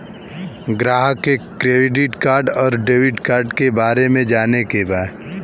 ग्राहक के credit card और डेविड कार्ड के बारे में जाने के बा?